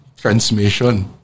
transmission